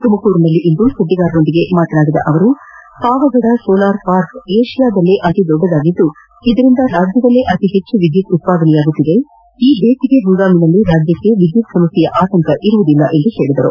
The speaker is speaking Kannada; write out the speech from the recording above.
ತುಮಕೂರಿನಲ್ಲಿಂದು ಸುದ್ದಿಗಾರರೊಂದಿಗೆ ಮಾತನಾಡಿದ ಅವರು ಪಾವಗಡ ಸೋಲಾರ್ ಪಾರ್ಕ್ ಏಷ್ಯಾದಲ್ಲೆ ಅತಿದೊಡ್ಡದಾಗಿದ್ದು ಇದರಿಂದ ರಾಜ್ಯದಲ್ಲೇ ಅತಿಹೆಚ್ಚು ವಿದ್ಯುತ್ ಉತ್ಸಾದನೆಯಾಗುತಿದೆ ಈ ಬೇಸಿಗೆಯಲ್ಲಿ ರಾಜ್ಯಕ್ಕೆ ವಿದ್ಯುತ್ ಸಮಸ್ಕೆಯ ಆತಂಕ ಇರುವುದಿಲ್ಲ ಎಂದು ಹೇಳಿದರು